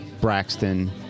braxton